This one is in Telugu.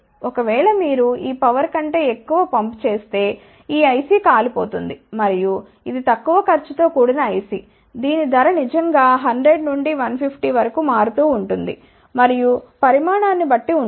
ఒకవేళ మీరు ఈ పవర్ కంటే ఎక్కువ పంప్ చేస్తే ఈ IC కాలి పోతుంది మరియు ఇది తక్కువ ఖర్చు తో కూడిన IC దీని ధర నిజంగా 100 నుండి 150 వరకు మారుతూ ఉంటుంది మరియు పరిమాణాన్ని బట్టి ఉంటుంది